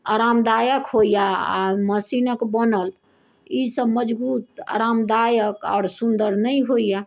आरामदायक होइया आ मशीनक बनल ई सभ मजबूत आरामदायक आओर सुन्दर नहि होइया